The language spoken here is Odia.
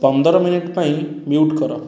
ପନ୍ଦର ମିନିଟ୍ ପାଇଁ ମ୍ୟୁଟ୍ କର